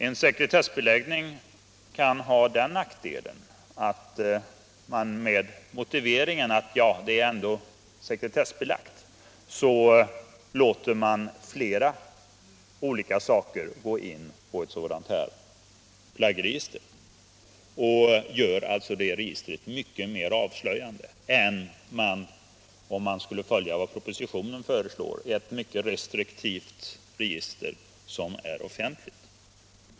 En sekretessbeläggning kan ha den nackdelen att man med motiveringen ”det är ändå sekretessbelagt” låter flera olika uppgifter gå in i ett sådant flaggregister och på det sättet gör registret mycket mer avslöjande än om man skulle följa propositionens förslag om ett mycket restriktivt register som är offentligt.